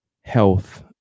health